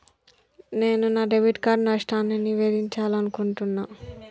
నేను నా debit card నష్టాన్ని నివేదించాలనుకుంటున్నా